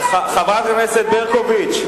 חברת הכנסת ברקוביץ,